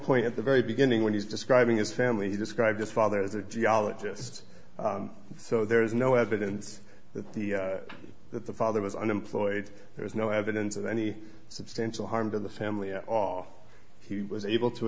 point at the very beginning when he's describing his family he described his father as a geologist so there is no evidence that the that the father was unemployed there is no evidence of any substantial harm to the family at all he was able to